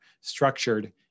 Structured